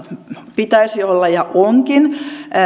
pitäisi olla ja onkin